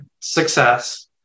success